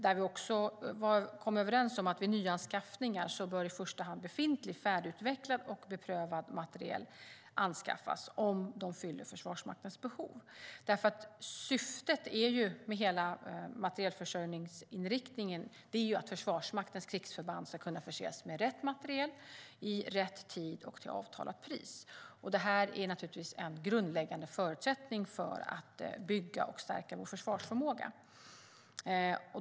Då kom vi överens om att vid nyanskaffningar bör i första hand befintlig, färdigutvecklad och beprövad materiel anskaffas om den fyller Försvarsmaktens behov. Syftet med hela materielförsörjningsinriktningen är att Försvarsmaktens krigsförband ska kunna förses med rätt materiel i rätt tid och till avtalat pris. Det är en grundläggande förutsättning för att bygga och stärka vår försvarsförmåga.